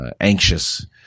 anxious